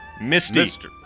Misty